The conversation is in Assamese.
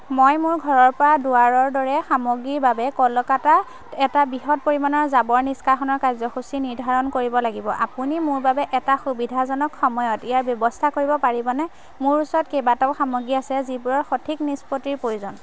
মই মোৰ ঘৰৰপৰা দুৱাৰৰ দৰে সামগ্ৰীৰ বাবে কলকাতাত এটা বৃহৎ পৰিমাণৰ জাবৰ নিষ্কাশনৰ কাৰ্যসূচী নিৰ্ধাৰণ কৰিব লাগিব আপুনি মোৰ বাবে এটা সুবিধাজনক সময়ত ইয়াৰ ব্যৱস্থা কৰিব পাৰিবনে মোৰ ওচৰত কেইবাটাও সামগ্ৰী আছে যিবোৰৰ সঠিক নিষ্পত্তিৰ প্ৰয়োজন